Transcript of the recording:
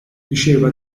diceva